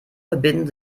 verbinden